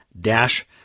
Dash